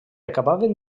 acabaven